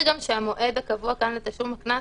אני גם אזכיר שהמועד הקבוע כאן לתשלום הקנס,